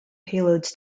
payloads